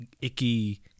icky